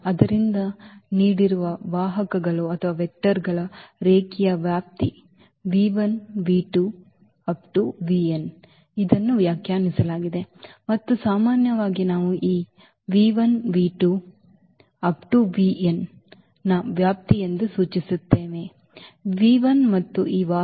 ಆದ್ದರಿಂದ ನೀಡಿರುವ ವಾಹಕಗಳ ವಾಹಕಗಳ ರೇಖೀಯ ವ್ಯಾಪ್ತಿ ಇದನ್ನು ವ್ಯಾಖ್ಯಾನಿಸಲಾಗಿದೆ ಮತ್ತು ಸಾಮಾನ್ಯವಾಗಿ ನಾವು ಈ ನ ವ್ಯಾಪ್ತಿಯೆಂದು ಸೂಚಿಸುತ್ತೇವೆ v 1 ಮತ್ತು ಈ ವಾಹಕಗಳ v 1 v 2 v n